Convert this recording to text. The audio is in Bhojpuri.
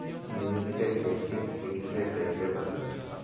मिर्च के खेती कीट से कइसे बचाई?